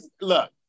look